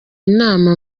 inama